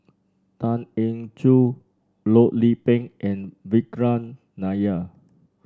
Tan Eng Joo Loh Lik Peng and Vikram Nair